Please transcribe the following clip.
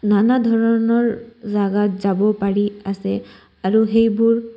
নানা ধৰণৰ জাগাত যাব পাৰি আছে আৰু সেইবোৰ